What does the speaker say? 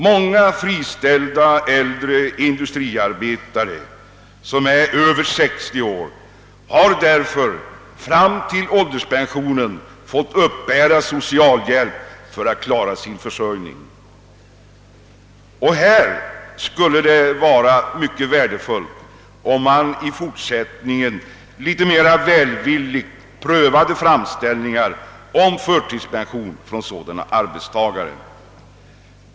Många friställda äldre industriarbetare som är över 60 år har därför fram till ålderspensionen fått uppbära socialhjälp för att klara sin försörjning. Här skulle det vara mycket värdefullt om man i fortsättningen något mera välvilligt prövade framställningar från sådana arbetstagare om förtidspension.